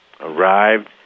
arrived